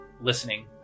listening